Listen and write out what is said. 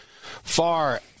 far